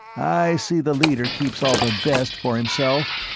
i see the leader keeps all the best for himself?